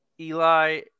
Eli